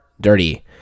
dirty